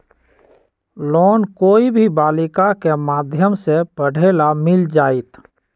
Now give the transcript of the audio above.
Loan कोई भी बालिका के माध्यम से पढे ला मिल जायत?